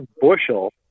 bushel